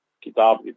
kitab